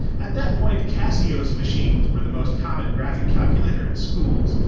at that point, casio's machines were the most common graphing calculator in schools,